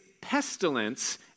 pestilence